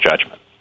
judgment